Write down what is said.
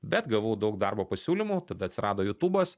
bet gavau daug darbo pasiūlymų tada atsirado jutūbas